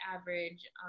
average